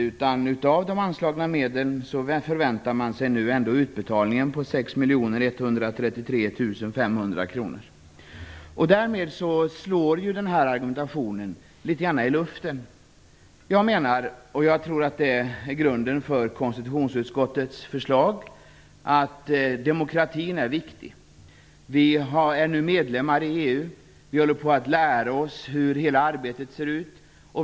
Man förväntar sig ändå en utbetalning på 6 133 500 kr av de anslagna medlen. Därmed slår argumentationen litet i luften. Jag menar, och jag tror att det är grunden för konstitutionsutskottets förslag, att demokratin är viktig. Vi är nu medlemmar i EU och håller på att lära oss hur arbetet går till.